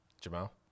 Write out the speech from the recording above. jamal